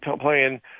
playing